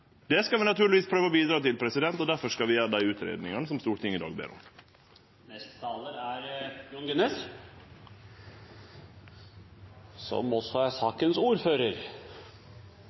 Det skal vi naturlegvis prøve å bidra til, og difor skal vi gjere dei utgreiingane som Stortinget i dag ber om. Venstre forholder seg til avtaler. Gjennom Nasjonal transportplan, som ble vedtatt for ca. ett og et halvt år siden, er